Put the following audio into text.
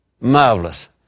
marvelous